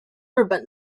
日本